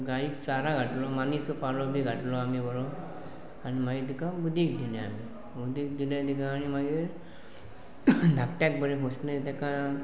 गाईक सारा घातलो मानीचो पालो बी घातलो आमी बरो आनी मागीर तिका उदीक दिलें आमी उदीक दिलें तिका आनी मागीर धाकट्याक बरें पुसलें तेका